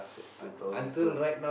two thousand two